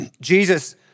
Jesus